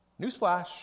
Newsflash